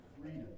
freedom